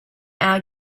hour